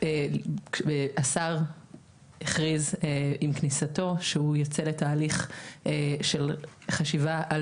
השר הכריז עם כניסתו שהוא יצא לתהליך של חשיבה על